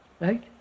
Right